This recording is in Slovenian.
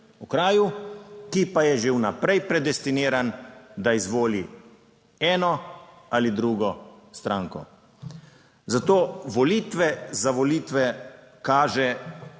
ki pa je že vnaprej predestiniran da izvoli eno ali drugo stranko. Zato volitve za volitve kaže,